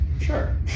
Sure